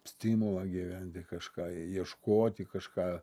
stimulą gyventi kažką ieškoti kažką